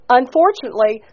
unfortunately